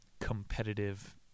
competitive